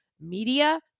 Media